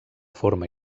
forma